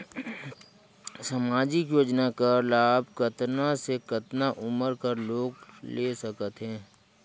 समाजिक योजना कर लाभ कतना से कतना उमर कर लोग ले सकथे?